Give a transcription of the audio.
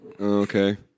Okay